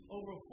over